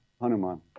Hanuman